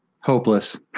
Hopeless